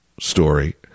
story